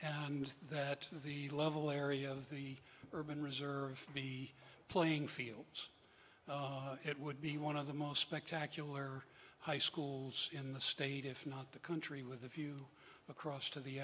and that the level area of the urban reserve the playing fields it would be one of the most spectacular high schools in the state if not the country with a few across to the